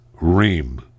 Reem